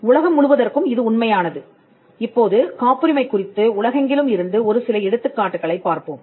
உலகம் முழுவதற்கும இது உண்மையானது இப்போது காப்புரிமை குறித்து உலகெங்கிலும் இருந்து ஒரு சில எடுத்துக்காட்டுகளைப் பார்ப்போம்